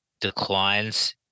declines